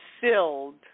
filled